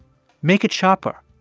make it sharper.